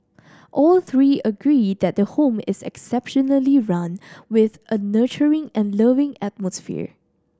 all three agree that the home is exceptionally run with a nurturing and loving atmosphere